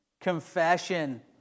confession